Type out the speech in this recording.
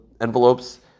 envelopes